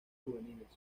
juveniles